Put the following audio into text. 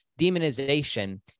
demonization